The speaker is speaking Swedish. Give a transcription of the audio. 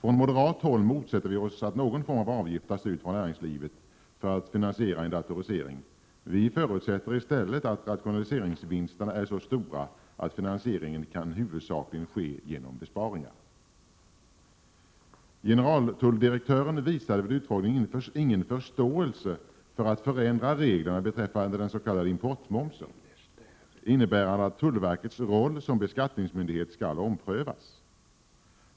Vi moderater motsätter oss att någon form av avgift tas ut från näringslivet för att finansiera en datorisering. I stället förutsätter vi att rationaliseringsvinsterna — Prot. 1987/88:133 är så stora att detta datasystem kan finansieras huvudsakligen genom 3 juni 1988 besparingar. Generaltulldirektören visade vid utfrågningen ingen förståelse för en förändring av reglerna beträffande den s.k. importmomsen, innebärande att tullverkets roll som beskattningsmyndighet skall omprövas.